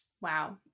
Wow